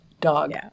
Dog